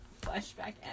Flashback